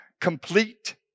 complete